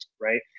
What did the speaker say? right